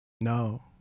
no